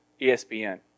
ESPN